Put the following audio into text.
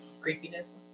creepiness